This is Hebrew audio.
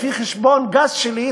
לפי חשבון גס שלי,